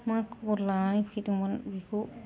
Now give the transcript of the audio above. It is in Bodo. मा खबर लानानै फैदोंमोन बेखौ